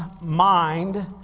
mind